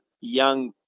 young